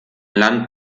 land